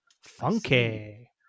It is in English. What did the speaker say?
funky